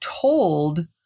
told